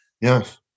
Yes